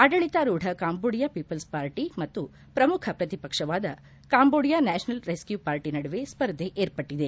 ಆಡಳಿತಾ ರೂಡ Cambodia people's party ಮತ್ತು ಪ್ರಮುಖ ಪ್ರತಿಪಕ್ಷವಾದ ಕಾಂಬೋಡಿಯ ನ್ಯಾಷನಲ್ ರೆಸ್ಟ್ಯೂ ಪಾರ್ಟಿ ನಡುವೆ ಸ್ವರ್ಧೆ ಏರ್ಪಟ್ಟಿದೆ